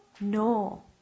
No